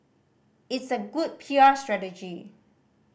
it's a good P R strategy